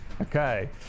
Okay